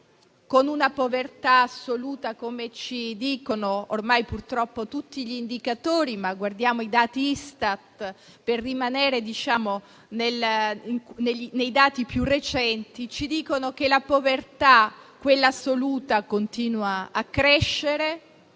con una povertà assoluta, come ci dicono ormai, purtroppo, tutti gli indicatori. I dati Istat, per citare i più recenti, ci dicono che la povertà assoluta continua a crescere